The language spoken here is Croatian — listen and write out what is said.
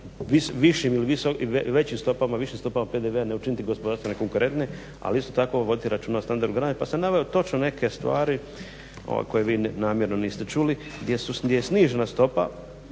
višim ili većim stopama PDV-a, ne učiniti gospodarstvo konkurentnim, ali isto tako voditi računa o standardu građana pa sam naveo točno neke stvari koje vi namjerno niste čuli gdje je snižena stopa,